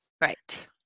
right